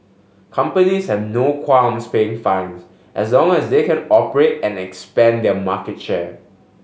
companies have no qualms paying fines as long as they can operate and expand their market share